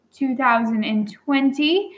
2020